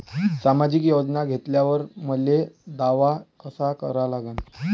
सामाजिक योजना घेतल्यावर मले दावा कसा करा लागन?